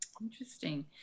Interesting